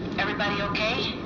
everybody ok?